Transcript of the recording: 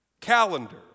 calendar